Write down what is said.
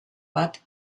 bat